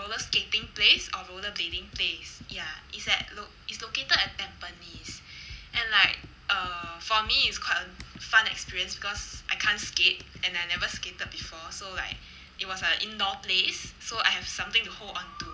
roller skating place or rollerblading place ya is at lo~ is located at tampines and like err for me is quite a fun experience because I can't skate and I never skated before so like it was a indoor place so I have something to hold onto